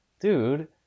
Dude